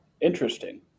Interesting